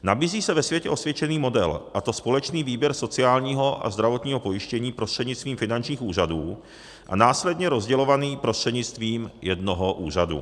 Nabízí se ve světě osvědčený model, a to společný výběr sociálního a zdravotního pojištění prostřednictvím finančních úřadů a následně rozdělovaný prostřednictvím jednoho úřadu.